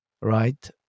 right